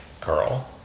girl